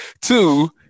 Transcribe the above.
Two